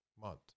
month